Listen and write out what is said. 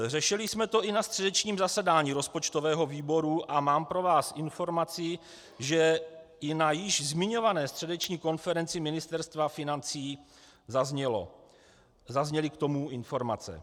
Řešili jsme to i na středečním zasedání rozpočtového výboru a mám pro vás informaci, že i na již zmiňované středeční konferenci Ministerstva financí k tomu zazněly informace.